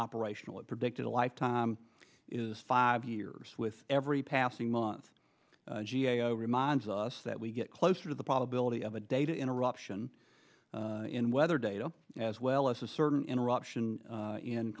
operational it predicted a lifetime is five years with every passing month g a o reminds us that we get closer to the probability of a data interruption in weather data as well as a certain interruption